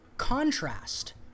contrast